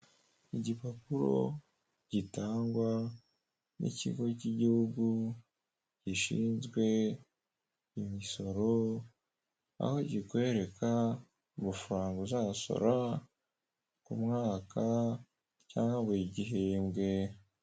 Igipapuro gitangwa n'ikigo cy'igihugu gishinzwe imisoro, aho kikwereka amafaranga uzasora ku mwaka cyangwa buri gihembwe.